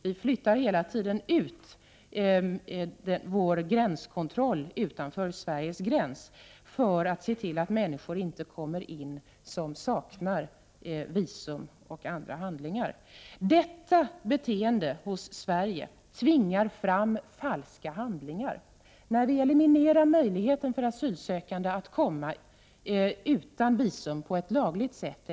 Vi flyttar alltså hela tiden ut vår gränskontroll utanför Sveriges gränser för att se till att människor som saknar visum och andra handlingar inte kommer in i Sverige. Detta beteende hos oss i Sverige när det gäller att eliminera möjligheterna för asylsökande att komma till Sverige utan visum på ett lagligt sätt tvingar de asylsökande att använda falska handlingar.